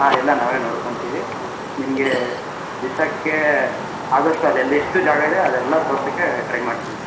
ಹಾಂ ಎಲ್ಲ ನಾವೇ ನೋಡ್ಕೋತೀವಿ ನಿಮ್ಗೆ ದಿವ್ಸಕ್ಕೆ ಆದಷ್ಟು ಅಲ್ಲೆಲ್ಲ ಎಷ್ಟು ಜಾಗ ಇದೆ ಅದೆಲ್ಲ ತೋರ್ಸೋಕೆ ಟ್ರೈ ಮಾಡ್ತೀವಿ ಮೇಡಮ್